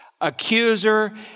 accuser